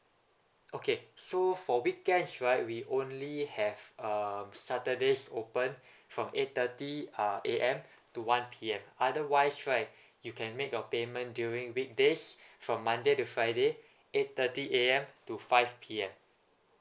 okay so for weekends right we only have um saturdays open from eight thirty uh A_M to one P_M otherwise right you can make your payment during weekdays from monday to friday eight thirty A_M to five P_M